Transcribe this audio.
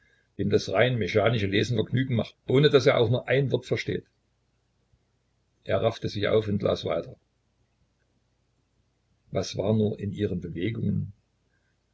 dem das rein mechanische lesen vergnügen macht ohne daß er auch nur ein wort versteht er raffte sich auf und las weiter was war nur in ihren bewegungen